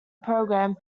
programme